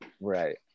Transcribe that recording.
right